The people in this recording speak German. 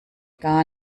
gar